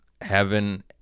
heaven